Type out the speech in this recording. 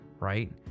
right